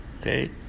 okay